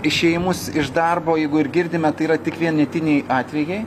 išėjimus iš darbo jeigu ir girdime tai yra tik vienetiniai atvejai